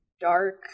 dark